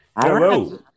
Hello